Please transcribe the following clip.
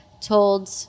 told